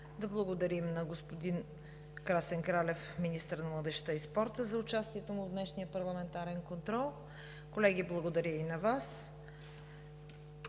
Да благодарим на господин Красен Кралев – министър на младежта и спорта, за участието му в днешния парламентарен контрол. Колеги, благодаря и на Вас.